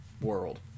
world